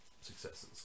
successes